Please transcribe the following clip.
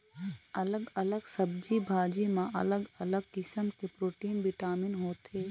अलग अलग सब्जी भाजी म अलग अलग किसम के प्रोटीन, बिटामिन होथे